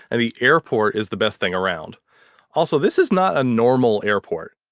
and the airport is the best thing around also, this is not a normal airport.